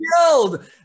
killed